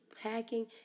Hacking